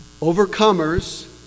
Overcomers